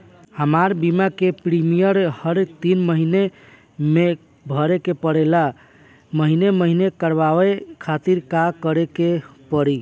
हमार बीमा के प्रीमियम हर तीन महिना में भरे के पड़ेला महीने महीने करवाए खातिर का करे के पड़ी?